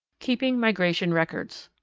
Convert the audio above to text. keeping migration records.